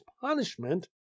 punishment